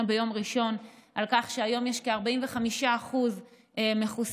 ביום ראשון על כך שהיום יש כ-45% מחוסנים,